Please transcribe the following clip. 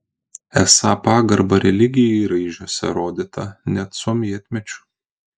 esą pagarba religijai raižiuose rodyta net sovietmečiu